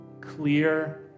clear